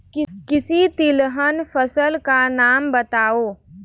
किसी तिलहन फसल का नाम बताओ